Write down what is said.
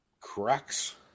Cracks